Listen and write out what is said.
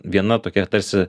viena tokia tarsi